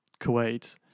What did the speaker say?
Kuwait